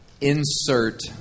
insert